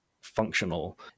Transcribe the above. functional